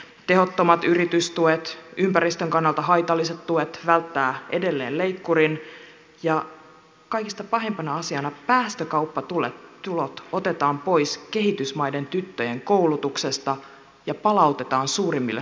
tehottomat yritystuet ympäristön kannalta haitalliset tuet välttävät edelleen leikkurin ja kaikista pahimpana asiana päästökauppatulot otetaan pois kehitysmaiden tyttöjen koulutuksesta ja palautetaan suurimmille saastuttajille